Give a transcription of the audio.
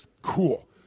cool